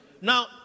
Now